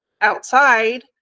outside